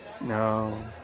no